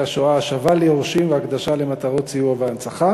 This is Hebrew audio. השואה (השבה ליורשים והקדשה למטרות סיוע והנצחה)